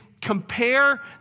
compare